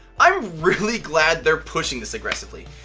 i'm really glad they're pushing this aggressively.